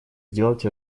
сделать